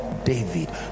David